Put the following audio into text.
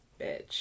bitch